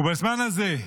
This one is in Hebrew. ובזמן הזה,